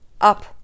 up